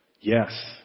Yes